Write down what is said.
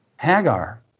Hagar